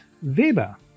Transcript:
Weber